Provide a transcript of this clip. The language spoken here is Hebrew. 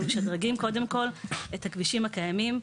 אנחנו משדרגים קודם כל את הכבישים הקיימים,